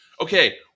okay